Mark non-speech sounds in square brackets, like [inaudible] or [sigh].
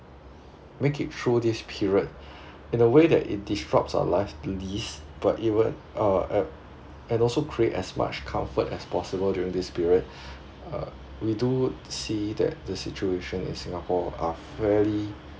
make it through this period in a way that it disrupts our lives least but it will uh [noise] and also creates as much comfort as possible during this period uh we do see that the situation in singapore are fairly